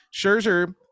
Scherzer